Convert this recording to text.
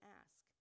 ask